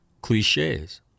cliches